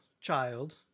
child